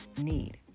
need